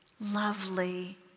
lovely